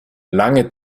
lange